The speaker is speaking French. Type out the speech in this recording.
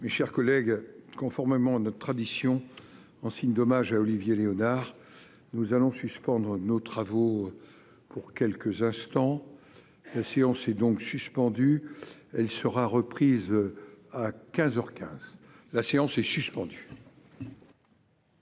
Mes chers collègues, conformément à notre tradition en signe d'hommage à Olivier Léonard nous allons suspendre nos travaux pour quelques instants, si on s'donc suspendue, elle sera reprise à 15 heures 15 la séance est suspendue.